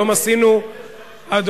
אני